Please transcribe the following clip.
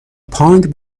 پانگ